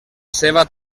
seva